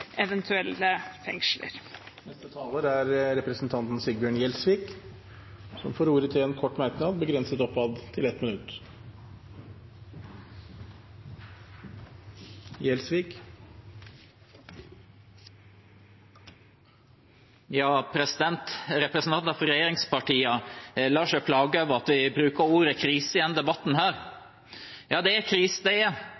eventuelle fengsler. Representanten Sigbjørn Gjelsvik har hatt ordet to ganger tidligere og får ordet til en kort merknad, begrenset til 1 minutt. Representanter fra regjeringspartiene lar seg plage av at vi bruker ordet krise i denne debatten.